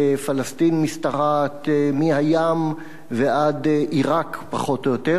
ופלסטין משתרעת מהים ועד עירק פחות או יותר,